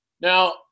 Now